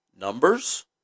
Numbers